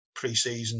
preseason